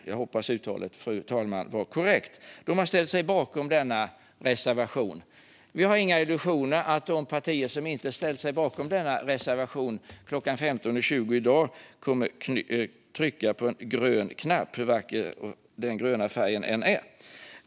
Jag hoppas uttalet var korrekt, fru talman. De har ställt sig bakom denna reservation. Vi har inga illusioner om att de partier som inte ställt sig bakom denna reservation kommer att trycka på grön knapp klockan 15.20 i dag, hur vacker den gröna färgen än är.